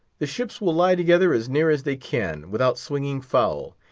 the ships will lie together as near as they can, without swinging foul.